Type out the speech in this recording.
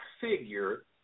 figure